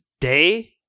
day